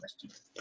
question